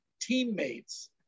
teammates